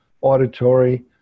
Auditory